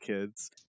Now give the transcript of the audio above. kids